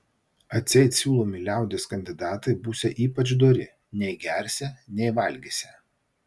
atseit siūlomi liaudies kandidatai būsią ypač dori nei gersią nei valgysią